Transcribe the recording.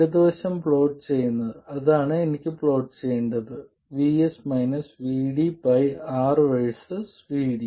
ഇടത് വശം പ്ലോട്ട് ചെയ്യുന്നത് അതാണ് എനിക്ക് പ്ലോട്ട് ചെയ്യേണ്ടത് R VS VD